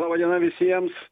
laba diena visiems